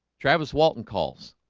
travis walton calls